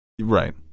right